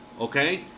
okay